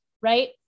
right